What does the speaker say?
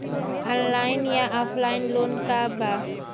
Online या offline loan का बा?